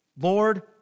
Lord